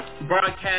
broadcast